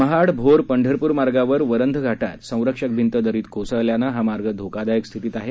महाड भोर पंढरपूर मार्गावर वरंध घाटात संरक्षक भिंत दरीत कोसळल्यानं हा मार्ग धोकादायक स्थितीत आहे